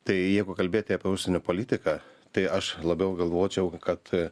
tai jeigu kalbėti apie užsienio politiką tai aš labiau galvočiau kad